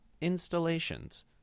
installations